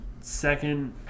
second